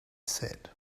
said